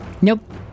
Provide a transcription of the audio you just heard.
Nope